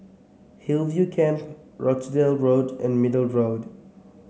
Hillview Camp Rochdale Road and Middle Road